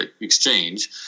exchange